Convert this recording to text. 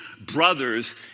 brothers